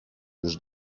już